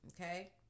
Okay